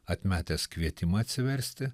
atmetęs kvietimą atsiversti